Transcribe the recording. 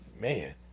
man